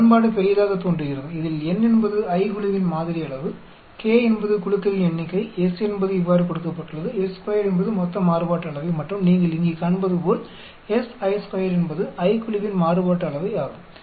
சமன்பாடு பெரியதாகத் தோன்றுகிறது இதில் n என்பது i குழுவின் மாதிரி அளவு k என்பது குழுக்களின் எண்ணிக்கை s என்பது இவ்வாறு கொடுக்கப்பட்டுள்ளது s2 என்பது மொத்த மாறுபாட்டு அளவை மற்றும் நீங்கள் இங்கே காண்பதுபோல் s i 2 என்பது i குழுவின் மாறுபாட்டு அளவை ஆகும்